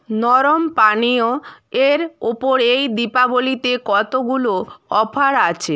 নরম পানীয় এর ওপর এই দীপাবলিতে কতগুলো অফার আছে